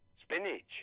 Spinach